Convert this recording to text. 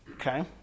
Okay